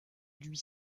lui